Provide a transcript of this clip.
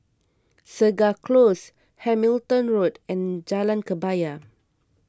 Segar Close Hamilton Road and Jalan Kebaya